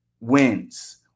wins